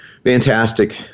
Fantastic